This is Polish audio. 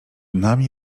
nami